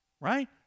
Right